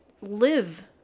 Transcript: live